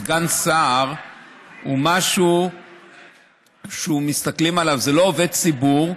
סגן שר הוא משהו שמסתכלים עליו, זה לא עובד ציבור,